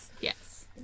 Yes